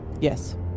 Yes